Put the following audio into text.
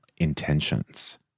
intentions